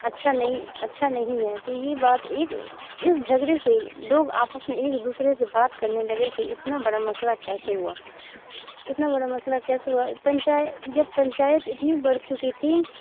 اچھا نہیں اچھا نہیں ہے تو یہ بات ایک اس جھگڑے سے لوگ آپس میں ایک دوسرے سے بات کرنے لگے کہ اتنا بڑا مسئلہ کیسے ہوا اتنا بڑا مسئلہ کیسے ہوا جب پنچایت اتنی بڑھ چکی تھی